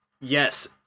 Yes